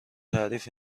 تعریف